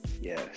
Yes